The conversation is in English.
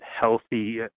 healthy